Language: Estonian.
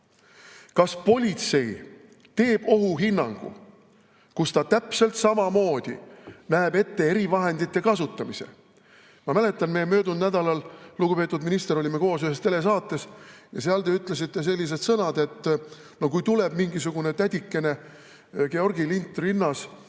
Kas politsei teeb ohuhinnangu, milles ta täpselt samamoodi näeb ette erivahendite kasutamise? Ma mäletan, me möödunud nädalal, lugupeetud minister, olime koos ühes telesaates ja seal te ütlesite sellised sõnad, et kui tuleb mingisugune tädikene, Georgi lint rinnas,